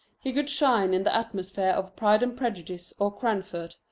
he could shine in the atmosphere of pride and prejudice or cranford.